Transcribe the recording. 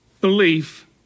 belief